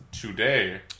today